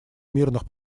мирных